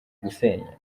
gusenya